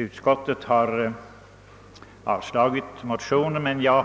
Utskottet har yrkat avslag på motionen, men jag